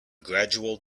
gradual